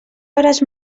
hores